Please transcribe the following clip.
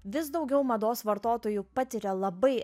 vis daugiau mados vartotojų patiria labai